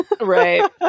right